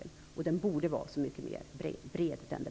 Den debatten borde vara mycket bredare.